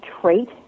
trait